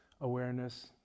awareness